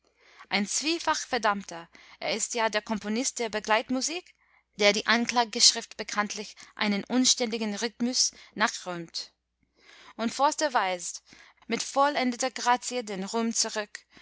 ein zwiefach verdammter er ist ja der komponist der begleitmusik der die anklageschrift bekanntlich einen unanständigen rhythmus nachrühmt und forster weist mit vollendeter grazie den ruhm zurück